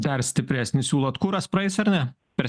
dar stipresnį siūlot kuras praeis ar ne per seimą